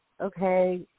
okay